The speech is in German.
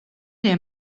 der